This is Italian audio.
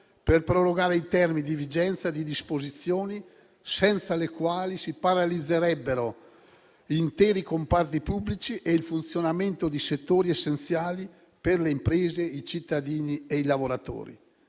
per prorogare i termini di vigenza di disposizioni senza le quali si paralizzerebbero interi comparti pubblici e il funzionamento di settori essenziali per le imprese, i cittadini e i lavoratori.